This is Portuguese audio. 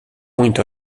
muito